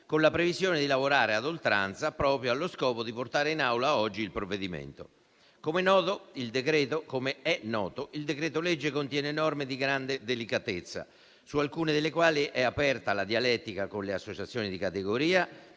con la previsione di lavorare ad oltranza proprio allo scopo di portare in Aula oggi il provvedimento. Come è noto, il decreto-legge contiene norme di grande delicatezza, su alcune delle quali è aperta la dialettica con le associazioni di categoria